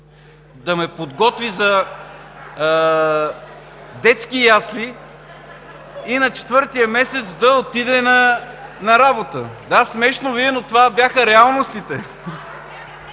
да ме подготви за детски ясли (смях) и на четвъртия месец да отиде на работа. Да, смешно Ви е, но това бяха реалностите.